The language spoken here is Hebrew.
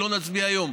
כי לא נצביע היום,